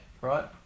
right